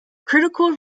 critical